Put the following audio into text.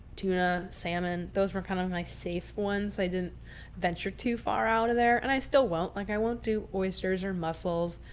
tuna, salmon. those were kind of my safe ones. i didn't venture too far out of there and i still won't, like i won't do oysters or muffled.